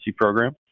program